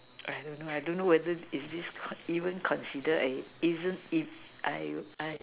I don't know I don't know whether is this even considered even if I